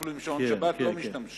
אפילו עם שעון שבת לא משתמשים.